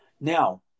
now